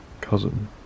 cousin